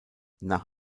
nach